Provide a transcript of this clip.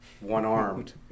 one-armed